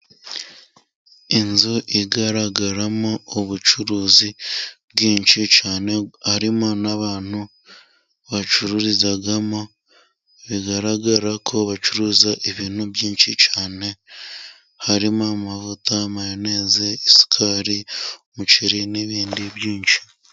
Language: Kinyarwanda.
Inzu igaragaramo ubucuruzi bwinshi cyane, harimo n'abantu bacururizamo, bigaragarako bacuruza ibintu byinshi cyane harimo: amavuta, mayoneze, isukari, umuceri n'ibindi byinshi.